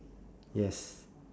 yes